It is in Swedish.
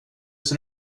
ser